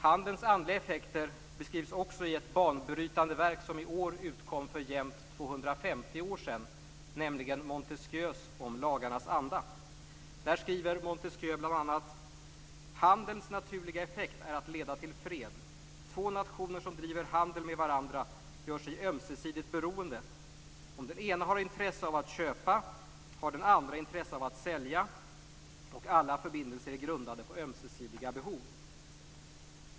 Handelns andliga effekter beskrivs också i ett banbrytande verk som i år utkom för jämt 250 år sedan, nämligen Montesquieus Om lagarnas anda. Där skriver Montesquieu bl.a.: "Handelns naturliga effekt är att leda till fred. Två nationer som driver handel med varandra gör sig ömsesidigt beroende. Om den ena har intresse av att köpa, har den andra intresse av att sälja, och alla förbindelser är grundade på ömsesidiga behov."